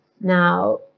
Now